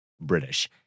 British